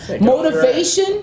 Motivation